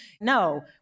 no